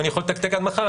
אני יכול לתקתק עד מחר,